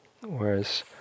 Whereas